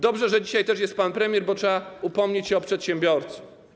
Dobrze, że dzisiaj też jest pan premier, bo trzeba upomnieć się o przedsiębiorców.